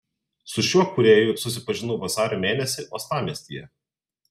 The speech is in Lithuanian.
su šiuo kūrėju susipažinau vasario mėnesį uostamiestyje